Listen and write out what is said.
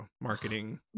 Marketing